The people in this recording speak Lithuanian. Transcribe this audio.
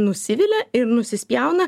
nusivilia ir nusispjauna